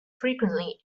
frequently